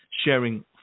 sharing